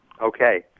Okay